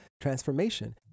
transformation